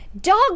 dog